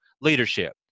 leadership